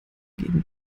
gegen